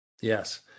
Yes